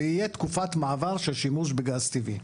ויהיה תקופת מעבר של שימוש בגז טבעי.